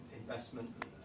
investment